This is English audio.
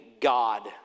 God